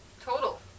Total